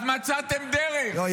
אז מצאתם דרך -- לא,